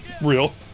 Real